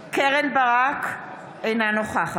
(קוראת בשמות חברי הכנסת) קרן ברק, אינה נוכחת